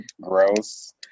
gross